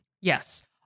Yes